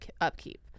upkeep